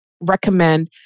recommend